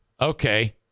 Okay